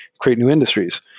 create new industries.